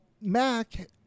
Mac